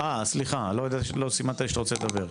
ואני סמוך ובטוח שהוא ימשיך לעשות את זה גם בעוד תפקידים בהמשך.